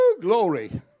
glory